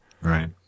Right